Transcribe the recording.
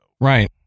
Right